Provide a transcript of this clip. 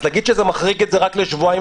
אז להגיד שזה מחריג את זה רק לשבועיים?